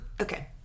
Okay